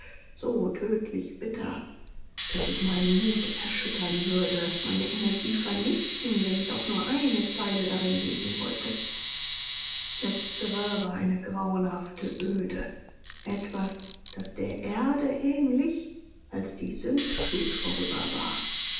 so tödlich bitter daß es meinen mut erschüttern würde meine energie vernichten wenn ich auch nur eine zeile darin lesen wollte letztere war eine grauenhafte öde etwas das der erde ähnlich als die sündflut vorüber war